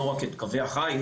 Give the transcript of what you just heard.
ולא רק את קווי החיץ,